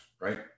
right